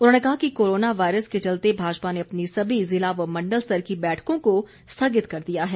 उन्होंने कहा कि कोरोना वायरस के चलते भाजपा ने अपनी सभी जिला व मंडल स्तर की बैठकों को स्थगित कर दिया है